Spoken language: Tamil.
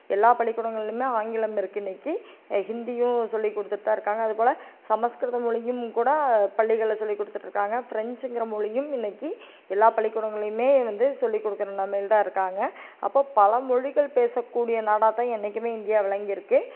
எல்லா பள்ளிக்கூடங்கள்லேயுமே ஆங்கிலம் இருக்குது இன்னைக்கு ஹிந்தியும் சொல்லிக் குடுத்துட்டுதான் இருக்காங்க அதுப்போல் சமஸ்கிருதம் மொழியும் கூட பள்ளிகளில் சொல்லிக் கொடுத்துட்ருக்காங்க ப்ரென்ஞ்சிங்கிற மொழியும் இன்னைக்கு எல்லா பள்ளிக்கூடங்கள்லேயுமே வந்து சொல்லிக் கொடுக்குற நெலமையில் தான் இருக்காங்க அப்போது பல மொழிகள் பேசக்கூடிய நாடாக தான் என்றைக்குமே இந்தியா விளங்கியிருக்கு